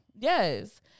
Yes